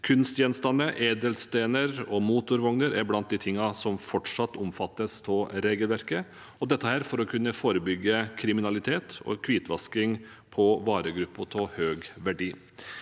Kunstgjenstander, edelsteiner og motorvogner er blant de tingene som fortsatt omfattes av regelverket. Dette er for å kunne forebygge kriminalitet og hvitvasking på varegrupper av høy verdi.